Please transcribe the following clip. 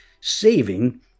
saving